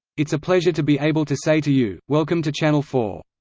it's a pleasure to be able to say to you, welcome to channel four.